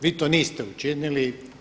Vi to niste učinili.